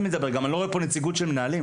אני גם לא רואה פה נציגות של מנהלים.